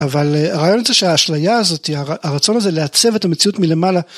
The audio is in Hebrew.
אבל הרעיון הזה שהאשליה הזאתי, הרצון הזה לעצב את המציאות מלמעלה